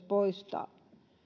poistaa